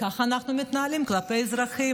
ככה אנחנו מתנהלים כלפי אזרחים.